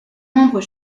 membres